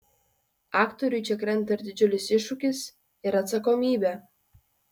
aktoriui čia krenta ir didžiulis iššūkis ir atsakomybė